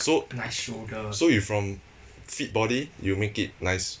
so so you from fit body you make it nice